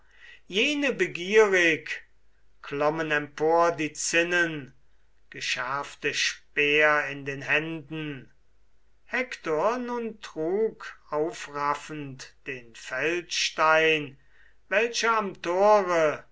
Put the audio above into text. jene begierig klommen empor die zinnen geschärfte speer in den händen hektor nun trug aufraffend den feldstein welcher am tore